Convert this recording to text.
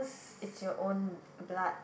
it's your own blood